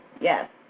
yes